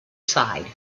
side